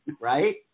right